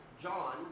John